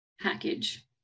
package